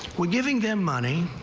we're giving them money.